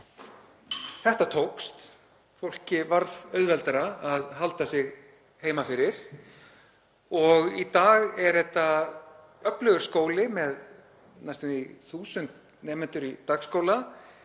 Þetta tókst. Fólki varð auðveldara að halda sig heima fyrir og í dag er þetta öflugur skóli með næstum því 1.000 nemendur í dagskóla,